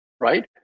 right